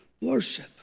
worship